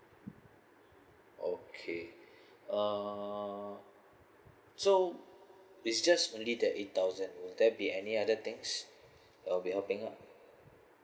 okay uh so it's just only the eight thousand will there be any other things will be helping out